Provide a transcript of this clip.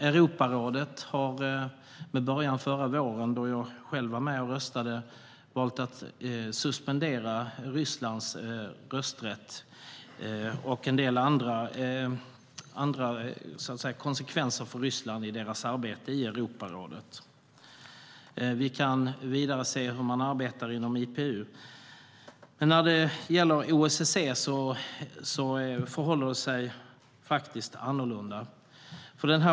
Europarådet valde förra våren, då jag själv var med och röstade, att suspendera Rysslands rösträtt, vilket i sin tur innebär en del andra konsekvenser för Rysslands arbete i Europarådet. Vi kan vidare se hur man arbetar inom IPU. För OSSE förhåller det sig faktiskt annorlunda.